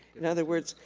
in other words,